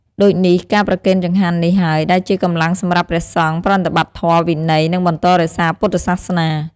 ដូចនេះ ការប្រគេនចង្ហាន់នេះហើយដែលជាកម្លាំងសម្រាប់ព្រះសង្ឃប្រតិបត្តិធម៌វិន័យ និងបន្តរក្សាពុទ្ធសាសនា។